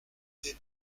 des